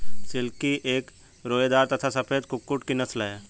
silkie एक रोएदार तथा सफेद कुक्कुट की नस्ल है